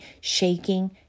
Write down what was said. shaking